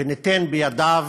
וניתן בידיו